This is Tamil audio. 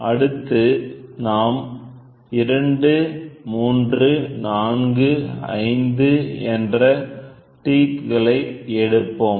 அடுத்து நாம் 2 3 4 5 என்ற டீத் களை எடுப்போம்